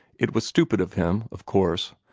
it was stupid of him, of course,